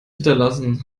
hinterlassen